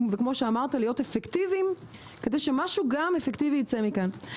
וכמו שאמרת להיות אפקטיביים כדי שמשהו גם אפקטיבי ייצא מכאן.